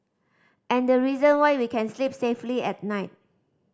and the reason why we can sleep safely at night